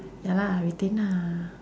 ya lah I retain ah